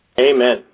Amen